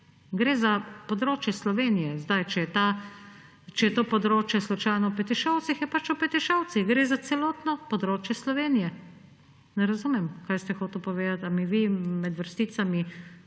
Gre za območje Slovenije. Zdaj, če je to področje slučajno v Petišovcih, je pač v Petišovcih. Gre za celotno območje Slovenije. Ne razumem, kaj ste hoteli povedati. A mi vi med vrsticami